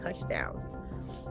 touchdowns